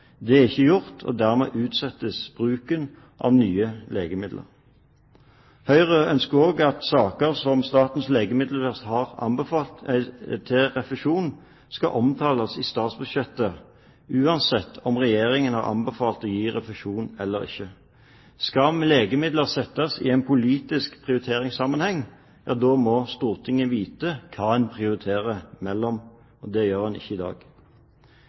Det er ikke gjort, og dermed utsettes bruken av nye legemidler. Høyre ønsker også at saker som Statens legemiddelverk har anbefalt til refusjon, skal omtales i statsbudsjettet, uansett om Regjeringen har anbefalt å gi refusjon eller ikke. Skal legemidler settes i en politisk prioriteringssammenheng, må Stortinget vite hva man prioriterer mellom. Det gjør man ikke i dag.